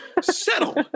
settle